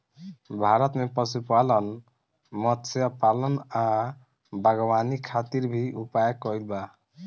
भारत में पशुपालन, मत्स्यपालन आ बागवानी खातिर भी उपाय कइल बा